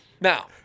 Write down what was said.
now